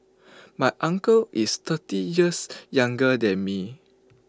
my uncle is thirty years younger than me